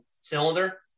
cylinder